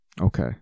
Okay